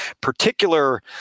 particular